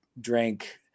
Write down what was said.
drank